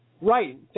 Right